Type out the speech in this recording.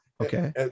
Okay